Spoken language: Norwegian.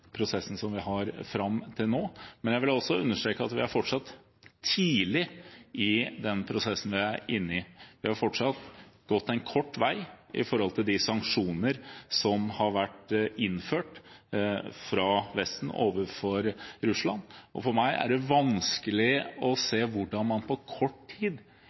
prosessen vi er inne i. Men jeg vil understreke at vi fortsatt er tidlig i denne prosessen. Vi har fortsatt bare gått en kort vei med de sanksjoner som har vært innført fra Vesten overfor Russland, og for meg er det vanskelig å se hvordan man på kort tid